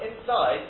inside